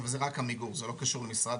זה רק עמיגור זה לא קשור למשרדים,